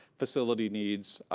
facility needs,